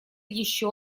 еще